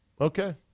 Okay